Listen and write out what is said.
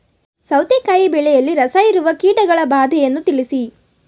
ಸೌತೆಕಾಯಿ ಬೆಳೆಯಲ್ಲಿ ರಸಹೀರುವ ಕೀಟಗಳ ಬಾಧೆಯನ್ನು ತಿಳಿಸಿ?